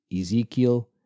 Ezekiel